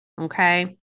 Okay